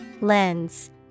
Lens